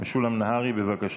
משולם נהרי, בבקשה.